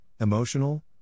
emotional